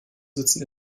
sitzen